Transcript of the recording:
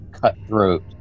cutthroat